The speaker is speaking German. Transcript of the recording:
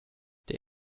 der